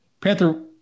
Panther